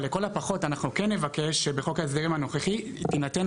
אבל לכל הפחות אנחנו כן נבקש שבחוק ההסדרים הנוכחי תינתנה